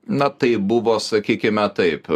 na tai buvo sakykime taip